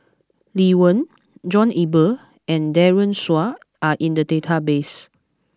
Lee Wen John Eber and Daren Shiau are in the database